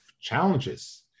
challenges